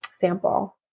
sample